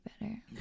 better